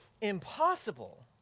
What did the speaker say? impossible